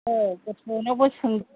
औ गथ'नावबो सोंदो